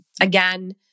Again